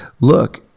Look